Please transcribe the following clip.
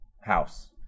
house